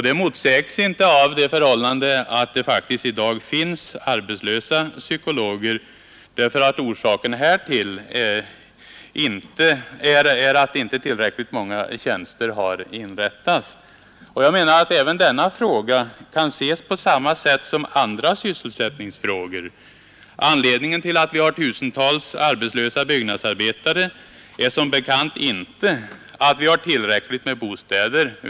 Det motsägs inte av det förhållandet att det i dag faktiskt finns arbetslösa psykologer; orsaken härtill är att inte tillräckligt många tjänster har inrättats. Jag menar att även denna fråga kan ses på samma sätt som andra sysselsättningsfrågor. Anledningen till att vi har tusentals arbetslösa byggnadsarbetare är som bekant inte att vi har tillräckligt med bostäder.